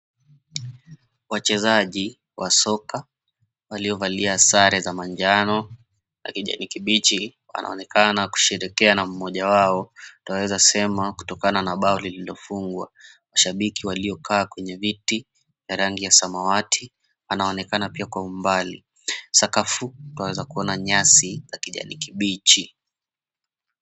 Wachezaji wa soka walio valia sare za manjano na kijani kibichi wanaonekana kusherehekea na mmoja wao. Twaweza sema kutokana na bao lililofungwa. Mashabiki waliokaa kwenye viti ya rangi ya samawati wanaonekana pia kwa umbali. Sakafu twaweza kuona nyasi za kijani kibichi.